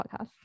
podcast